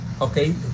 Okay